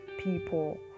people